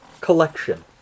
collection